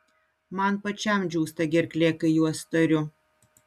man pačiam džiūsta gerklė kai juos tariu